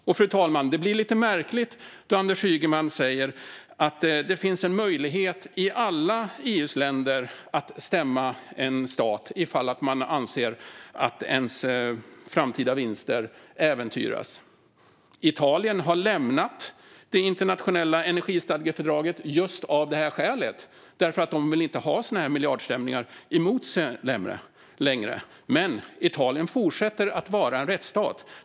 Fru talman! Det blir lite märkligt när Anders Ygeman säger att det finns en möjlighet i alla EU:s länder att stämma en stat om man anser att ens framtida vinster äventyras. Italien har lämnat det internationella energistadgefördraget just av det här skälet. De vill inte ha sådana här miljardstämningar mot sig längre. Men Italien fortsätter att vara en rättsstat.